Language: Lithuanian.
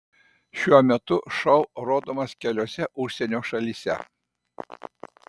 šiuo metu šou rodomas keliose užsienio šalyse